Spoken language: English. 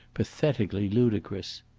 pathetically ludicrous.